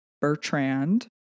Bertrand